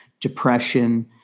depression